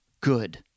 Good